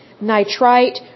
nitrite